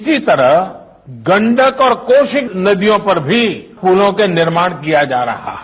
इसी तरह गंढक और कोसी नदियों पर भी पुलों का निर्माण किया जा रहा है